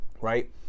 right